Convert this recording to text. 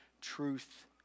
truth